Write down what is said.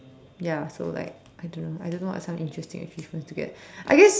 ya so like I don't know I don't know what some interesting achievements to get I guess